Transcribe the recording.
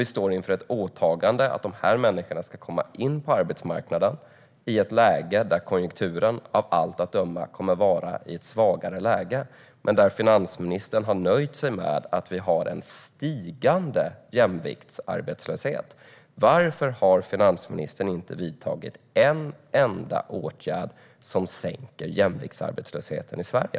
Vi står inför ett åtagande om att dessa människor ska komma in på arbetsmarknaden i ett läge där konjunkturen av allt att döma kommer att vara i ett svagare läge men där finansministern har nöjt sig med att vi har en stigande jämviktsarbetslöshet. Varför har finansministern inte vidtagit en enda åtgärd som sänker jämviktsarbetslösheten i Sverige?